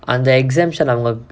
the exemption I will